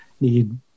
need